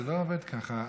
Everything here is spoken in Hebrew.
זה לא עובד ככה.